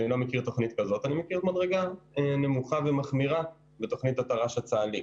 אני מכיר מדרגה נמוכה ומחמירה בתר"ש הצה"לית.